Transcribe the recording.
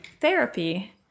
therapy